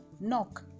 Knock